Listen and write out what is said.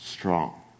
Strong